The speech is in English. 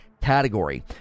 category